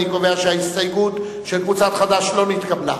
אני קובע שההסתייגות של קבוצת חד"ש לא התקבלה.